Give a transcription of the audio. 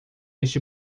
este